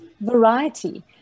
Variety